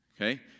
Okay